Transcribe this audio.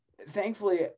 thankfully